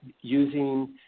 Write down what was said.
using